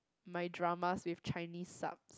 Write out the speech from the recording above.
my drama with Chinese sub